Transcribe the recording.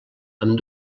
amb